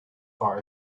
far